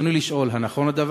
ברצוני לשאול: 1. האם נכון הדבר?